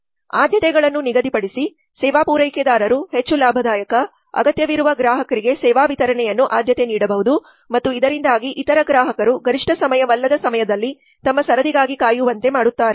ಆದ್ಯತೆಗಳನ್ನು ನಿಗದಿಪಡಿಸಿ ಸೇವಾ ಪೂರೈಕೆದಾರರು ಹೆಚ್ಚು ಲಾಭದಾಯಕ ಅಗತ್ಯವಿರುವ ಗ್ರಾಹಕರಿಗೆ ಸೇವಾ ವಿತರಣೆಯನ್ನು ಆದ್ಯತೆ ನೀಡಬಹುದು ಮತ್ತು ಇದರಿಂದಾಗಿ ಇತರ ಗ್ರಾಹಕರು ಗರಿಷ್ಠ ಸಮಯವಲ್ಲದ ಸಮಯದಲ್ಲಿ ತಮ್ಮ ಸರದಿಗಾಗಿ ಕಾಯುವಂತೆ ಮಾಡುತ್ತಾರೆ